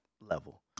level